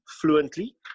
fluently